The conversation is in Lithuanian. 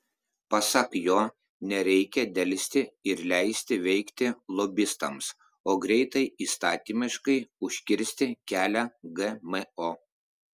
pasak jo nereikia delsti ir leisti veikti lobistams o greitai įstatymiškai užkirsti kelią gmo